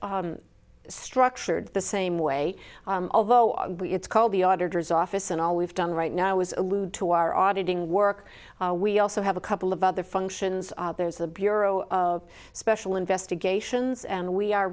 much structured the same way although i called the auditors office and all we've done right now is allude to our auditing work we also have a couple of other functions there's the bureau of special investigations and we are